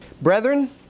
Brethren